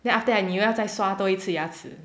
then after that 你又要再刷多一次牙齿